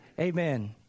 Amen